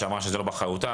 שאמרה שזה לא באחריותה,